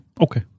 Okay